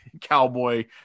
cowboy